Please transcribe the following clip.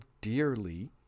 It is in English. dearly